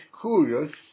curious